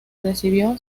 recibió